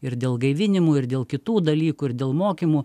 ir dėl gaivinimo ir dėl kitų dalykų ir dėl mokymų